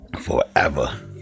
forever